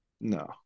No